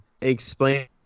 explain